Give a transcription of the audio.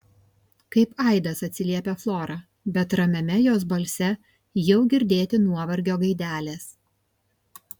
kaip aidas atsiliepia flora bet ramiame jos balse jau girdėti nuovargio gaidelės